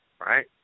right